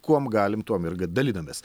kuom galim tuom ir dalinamės